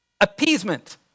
appeasement